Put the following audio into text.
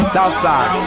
Southside